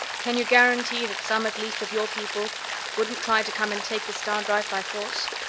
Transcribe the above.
can you guarantee that some, at least, of your people wouldn't try to come and take the star-drive by force?